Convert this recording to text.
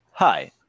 Hi